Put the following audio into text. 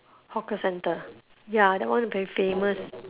hawker centre ya that one very famous